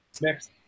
Next